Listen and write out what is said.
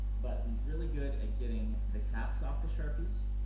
but he's really good at getting the caps off the sharpies,